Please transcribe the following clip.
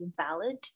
valid